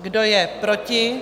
Kdo je proti?